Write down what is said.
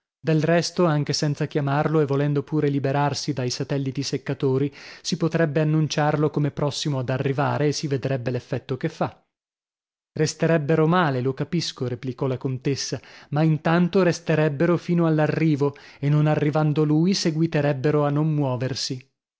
del resto anche senza chiamarlo e volendo pure liberarsi dai satelliti seccatori si potrebbe annunciarlo come prossimo ad arrivare e si vedrebbe l'effetto che fa resterebbero male lo capisco replicò la contessa ma intanto resterebbero fino all'arrivo e non arrivando lui seguiterebbero a non muoversi